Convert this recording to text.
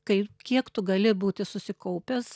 kai kiek tu gali būti susikaupęs